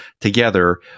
together